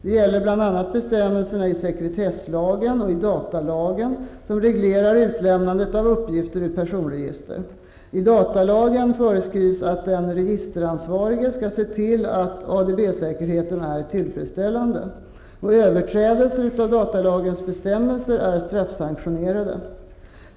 Det gäller bl.a. bestämmelserna i sekretesslagen och i datalagen, som reglerar utlämnandet av uppgifter ur personregister. I datalagen föreskrivs att den registeransvarige skall se till att ADB-säkerheten är tillfredsställande. Överträdelser av datalagens bestämmelser är straffsanktionerade.